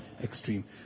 Extreme